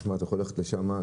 אתה יכול ללכת לשם,